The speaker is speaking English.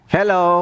Hello